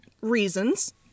reasons